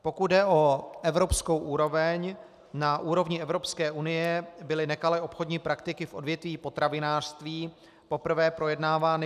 Pokud jde o evropskou úroveň, na úrovni Evropské unie byly nekalé obchodní praktiky v odvětví potravinářství poprvé projednávány v roce 2009.